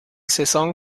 saison